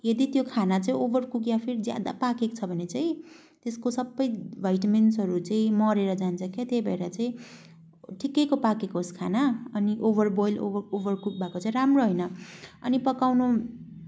यदि त्यो खाना चाहिँ ओभर कुक् या फिर ज्यादा पाकेको छ भने चाहिँ त्यसको सबै भाइटामिन्सहरू चाहिँ मरेर जान्छ क्या त्यही भएर चाहिँ ठिकैको पाकेको होस् खाना अनि over boil over over cook भएको चाहिँ राम्रो होइन अनि पकाउनु